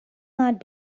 not